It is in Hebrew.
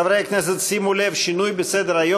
חברי הכנסת, שימו לב, שינוי בסדר-היום: